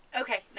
Okay